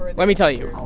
let me tell you